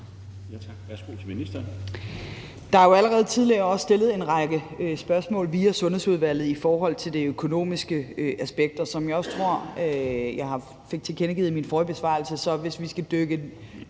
(Sophie Løhde): Der er jo allerede tidligere stillet en række spørgsmål via Sundhedsudvalget i forhold til det økonomiske aspekt. Som jeg også tror, jeg fik tilkendegivet i min forrige besvarelse, så har vi, hvis vi skal dykke